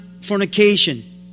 fornication